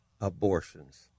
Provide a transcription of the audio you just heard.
abortions